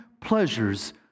pleasures